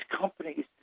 companies